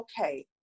okay